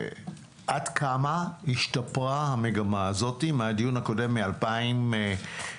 עד כמה השתפרה המגמה הזאת מהדיון הקודם, מ-2020?